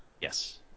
yes